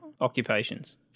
occupations